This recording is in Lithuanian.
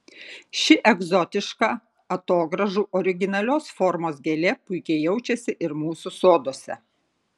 ši egzotiška atogrąžų originalios formos gėlė puikiai jaučiasi ir mūsų soduose